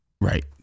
Right